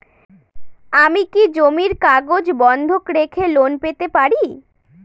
আমি কি জমির কাগজ বন্ধক রেখে লোন পেতে পারি?